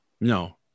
No